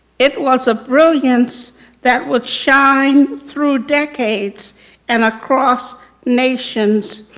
it was a brilliance that would shine through decades and across nations,